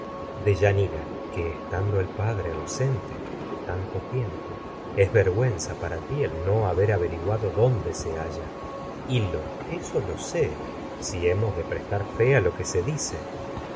deyanira que estando para el padre no ausente tanto tiempo dónde es vergüenza ti el haber averiguado se halla hil lo dice eso lo sé si hemos de prestar fe a lo que se